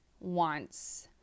wants